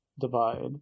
divide